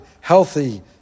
healthy